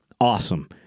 Awesome